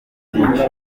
byinshi